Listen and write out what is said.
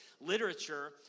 literature